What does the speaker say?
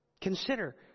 Consider